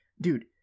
dude